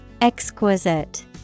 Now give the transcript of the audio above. Exquisite